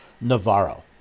Navarro